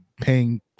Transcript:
paying